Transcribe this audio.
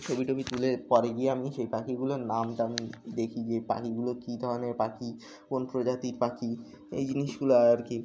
ছবি টবি তুলে পরে গিয়ে আমি সেই পাখিগুলোর নামটা আমি দেখি যে পাখিগুলো কী ধরনের পাখি কোন প্রজাতির পাখি এই জিনিসগুলো আর কি